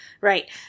right